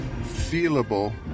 feelable